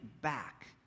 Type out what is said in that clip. back